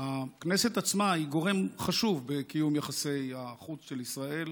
הכנסת עצמה היא גורם חשוב בקיום יחסי החוץ של ישראל,